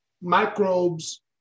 microbes